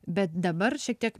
bet dabar šiek tiek